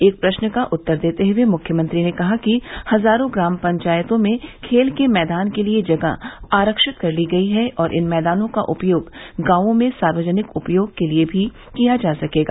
एक प्रश्न का उत्तर देते हुए मुख्यमंत्री ने कहा कि हजारों ग्राम पंचायतों में खेल के मैदान के लिये जगह आरक्षित कर ली गई है और इन मैदानों का उपयोग गांवों में सार्वजनिक उपयोग के लिये भी किया जा सकेगा